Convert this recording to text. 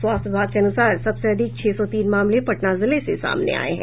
स्वास्थ्य विभाग के अनुसार सबसे अधिक छह सौ तीन मामले पटना जिले से सामने आये हैं